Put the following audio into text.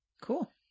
Cool